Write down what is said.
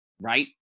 Right